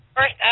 First